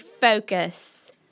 focus